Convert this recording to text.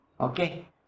okay